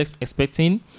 expecting